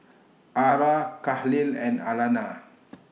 Ara Kahlil and Alana